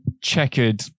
checkered